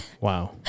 Wow